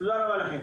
תודה רבה לכם.